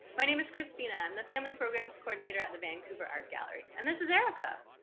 my name is christina. i'm the family programs coordinator at the vancouver art gallery, and this is erika,